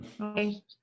Okay